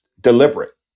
deliberate